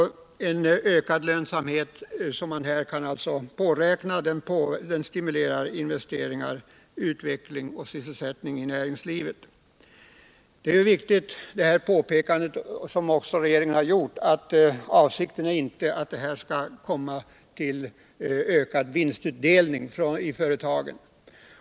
Den ökade lönsamhet som man således kan påräkna stimulerar givetvis också investeringarna, utvecklingen av företagen och sysselsättningen inom näringslivet. Jag vill understryka regeringens uttalande om att avsikten inte är att borttagandet av arbetsgivaravgiften skall innebära ökad vinstutdelning i företagen.